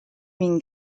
been